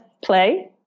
play